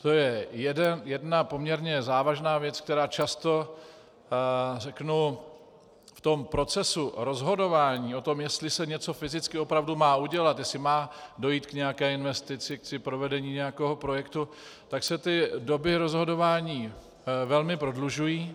To je jedna poměrně závažná věc, která často v tom procesu rozhodování o tom, jestli se něco fyzicky opravdu má udělat, jestli má dojít k nějaké investici či k provedení nějakého projektu, tak se ty doby rozhodování velmi prodlužují.